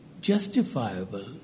justifiable